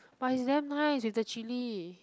but it's damn nice with the chilli